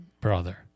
brother